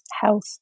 health